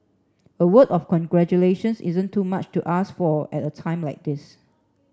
a word of congratulations isn't too much to ask for at a time like this